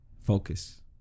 focus